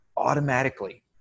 automatically